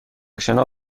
شنا